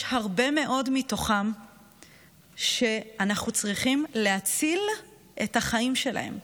יש הרבה מאוד מתוכם שאנחנו צריכים להציל את החיים שלהם.